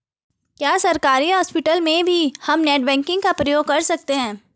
क्या सरकारी हॉस्पिटल में भी हम नेट बैंकिंग का प्रयोग कर सकते हैं?